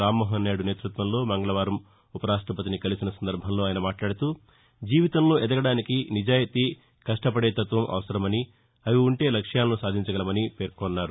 రామ్మోహన్నాయుడు నేతృత్వలో మంగకవారం ఉప రాష్టపతిని కలిసిన సందర్బంలో ఆయన మాట్లాడుతూజీవితంలో ఎదగడానికి నిజాయితీ కష్టపడేతత్వం అవసరమనిఅవి ఉంటే లక్ష్యాలను సాధించగలరని తెలిపారు